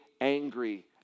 angry